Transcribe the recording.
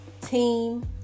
team